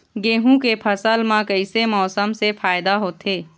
गेहूं के फसल म कइसे मौसम से फायदा होथे?